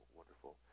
wonderful